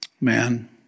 Man